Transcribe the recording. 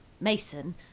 mason